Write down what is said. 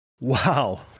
Wow